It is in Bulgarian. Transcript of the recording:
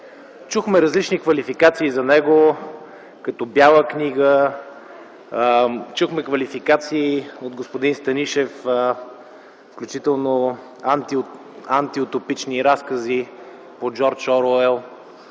Чухме различни квалификации за него като „Бяла книга”, чухме квалификации от господин Станишев, включително „Антиутопични разкази” от Джордж Оруел.